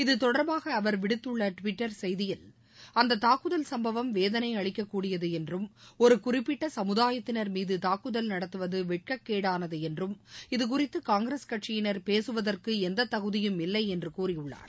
இத்தொடர்பாக அவர் விடுத்துள்ள டுவிட்டர் செய்தியில் அந்த தாக்குதல் சம்பவம் வேதனை அளிக்ககூடியது என்றும் ஒரு குறிப்பிட்ட சமுதாயத்தினர் மீது தூக்குதல் நடத்துவது வெட்ககேடானது என்றும் இதுகுறித்து காங்கிரஸ் கட்சியினர் பேகவதற்கு எந்த தகுதியும் இல்லை என்று கூறியுள்ளார்